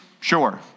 Sure